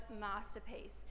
masterpiece